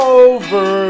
over